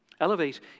Elevate